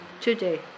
today